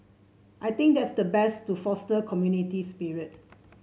I think that's the best to foster community spirit